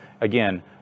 again